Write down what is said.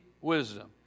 wisdom